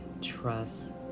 Trust